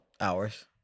Hours